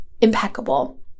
impeccable